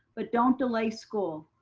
but don't delay school.